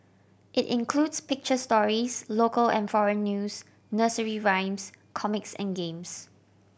it includes picture stories local and foreign news nursery rhymes comics and games